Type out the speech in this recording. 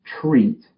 treat